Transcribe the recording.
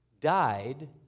died